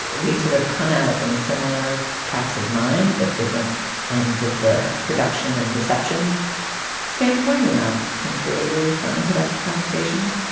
we sort of come at it from a similar cast of mind, but different ends of the production and reception standpoint. and that can create really fun and productive conversations.